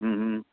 હં હં